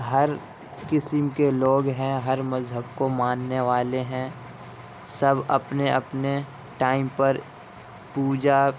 ہر قسم کے لوگ ہیں ہر مذہب کو ماننے والے ہیں سب اپنے اپنے ٹائم پر پوجا